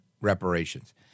reparations